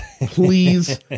Please